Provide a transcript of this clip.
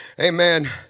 Amen